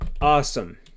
awesome